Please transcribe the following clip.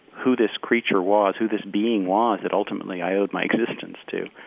who this creature was, who this being was that ultimately i owed my existence to.